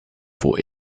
for